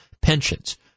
pensions